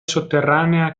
sotterranea